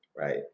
Right